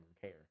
care